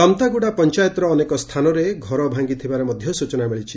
ଲମତାଗୁଡ଼ା ପଞାୟତର ଅନେକ ସ୍ସାନରେ ଘର ଭାଗିଥିବା ସୂଚନା ମିଳିଛି